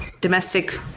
domestic